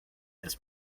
this